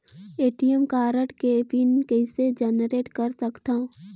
ATM card के PIN कइसे generate कर सकथव?